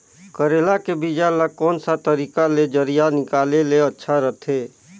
करेला के बीजा ला कोन सा तरीका ले जरिया निकाले ले अच्छा रथे?